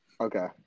Okay